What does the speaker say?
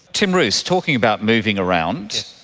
tim ruse, talking about moving around,